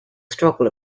struggle